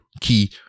key